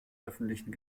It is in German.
öffentlichen